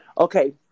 Okay